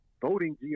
voting